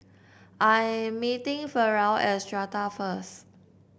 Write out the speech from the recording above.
I meeting Ferrell at Strata first